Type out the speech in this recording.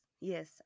yes